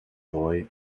boy